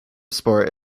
sport